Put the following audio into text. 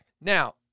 Now